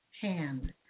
hand